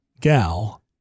gal